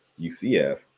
UCF